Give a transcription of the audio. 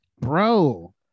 bro